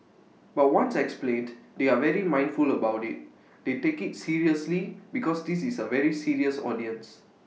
but once explained they are very mindful about IT they take IT seriously because this is A very serious audience